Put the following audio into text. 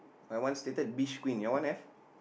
my one stated beach queen your one have